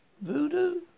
Voodoo